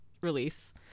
release